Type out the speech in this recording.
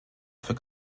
für